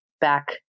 back